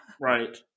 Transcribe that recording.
Right